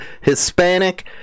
Hispanic